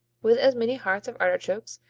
with as many hearts of artichokes,